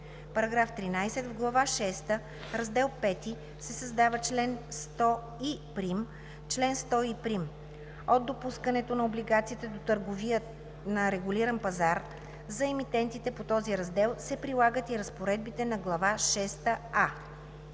§ 13: „§ 13. В глава шеста, раздел V се създава чл. 100и1: „Чл. 100и1. От допускането на облигациите до търговия на регулиран пазар за емитентите по този раздел се прилагат и разпоредбите на глава